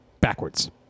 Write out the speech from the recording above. backwards